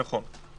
נכון.